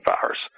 virus